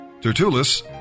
Tertullus